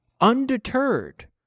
Undeterred